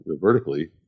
vertically